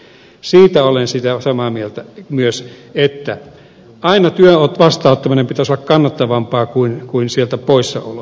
siitä olen samaa mieltä myös että työn vastaanottamisen pitäisi aina olla kannattavampaa kuin sieltä poissaolon